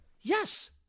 Yes